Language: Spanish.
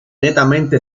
netamente